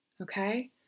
Okay